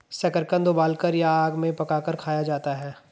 शकरकंद उबालकर या आग में पकाकर खाया जाता है